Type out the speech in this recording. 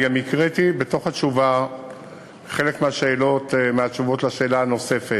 אני גם הקראתי בתוך התשובה חלק מהתשובות על השאלה הנוספת.